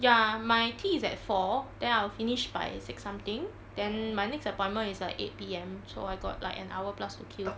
ya my tea is at four then I'll finish by six something then my next appointment is like eight P_M so I got like an hour plus to kill